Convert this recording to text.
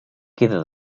queda